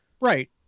Right